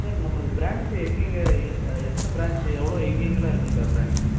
sir நமக்கு branch எங்கெங்கே எத்தன பிரான்ச் எவ்வளோ எங்கெங்கெலாம் இருக்குங்க சார் பிரான்ச்சு